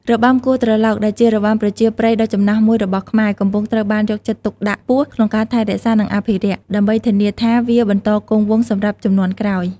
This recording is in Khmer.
របាំគោះត្រឡោក ដែលជារបាំប្រជាប្រិយដ៏ចំណាស់មួយរបស់ខ្មែរ កំពុងត្រូវបានយកចិត្តទុកដាក់ខ្ពស់ក្នុងការថែរក្សា និងអភិរក្ស ដើម្បីធានាថាវាបន្តគង់វង្សសម្រាប់ជំនាន់ក្រោយ។